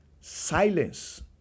Silence